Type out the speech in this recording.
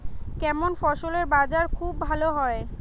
কেমন ফসলের বাজার খুব ভালো হয়?